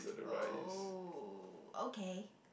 oh okay